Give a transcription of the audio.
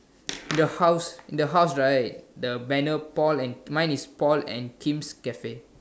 your house the house right the banner Paul and mine is Paul and Kim's cafe